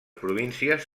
províncies